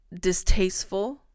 distasteful